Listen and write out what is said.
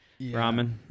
ramen